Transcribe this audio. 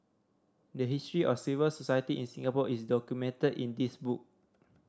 the history of civil society in Singapore is documented in this book